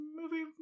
movie